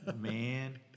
Man